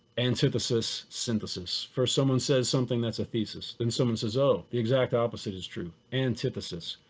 antithesis, synthesis, for someone says something that's a thesis. and someone says, oh, the exact opposite is true, antithesis.